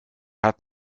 hat